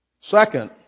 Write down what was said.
Second